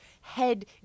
head